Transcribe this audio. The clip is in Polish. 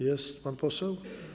Jest pan poseł?